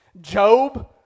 Job